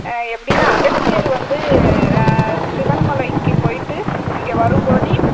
எப்படினா அகத்தியர் வந்து சிவன் மலைக்கு போய்ட்டு இங்கே வரும் போது